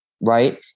Right